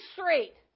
Street